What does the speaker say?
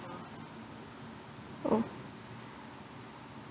oh